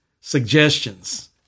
suggestions